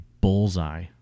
bullseye